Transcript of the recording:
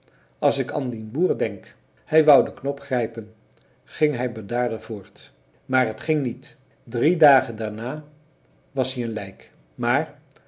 as ik an dien boer denk hij wou de knop grijpen ging hij bedaarder voort maar het ging niet drie dagen daarna was ie n lijk maar